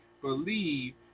believe